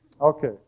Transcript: Okay